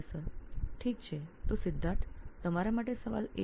પ્રાધ્યાપક બરાબર સિદ્ધાર્થ આપના માટે એક સવાલ છે